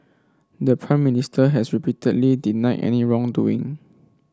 the Prime Minister has repeatedly denied any wrongdoing